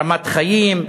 רמת חיים,